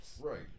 Right